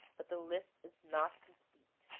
but the list is not complete.